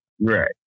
Right